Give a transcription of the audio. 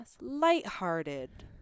Lighthearted